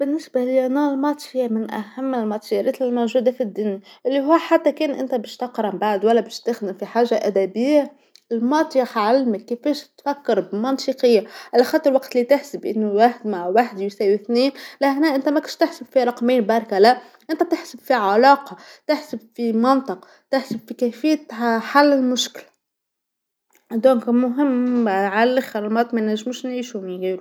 بالنسبه ليا أنا الرياضيات هي من أهم الماتيارات الموجوده في الدنيا، اللي هو حتى كان أنت باش تقرا ممبعد ولا باش تخدم في حاجه أدبيه، الرياضيات يخي يعلمك كيفاش تفكر بمنطقيه، علاخاطر وقت اللي تحسب أنو واحد مع واحد يساوي ثنين، لهنا أنت ماكش تحسب في رقمين بركا لا، أنت بتحسب في علاقه، تحسب في منطق، تحسب في كيفية ح-حل المشكله، إذن مهمه عال- عاللخر الرياضيات ما نجموش نعيشو من غيرو.